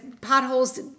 potholes